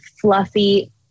fluffy